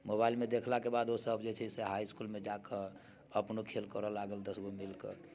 मोबाइलमे देखलाके बाद ओसभ जे छै से हाइ इस्कुलमे जा कऽ अपनो खेल करय लागल दस गो मिल कऽ